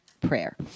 prayer